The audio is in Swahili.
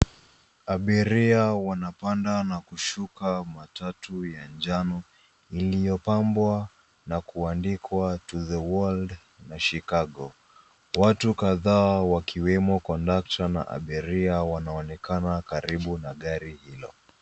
Abiria wanapanda na kushuka matatu ya njano iliyopambwa na kuandikwa To the World na Chicago, watu kadhaa wakiwemo kondakta na abiria wanaonekana karibu na gari hilo.